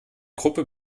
gruppe